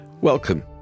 Welcome